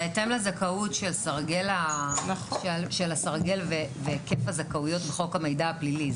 גם בהתאם לזכאות של הסרגל והיקף הזכאויות חוק המידע הפלילי.